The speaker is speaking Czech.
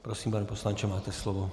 Prosím, pane poslanče, máte slovo.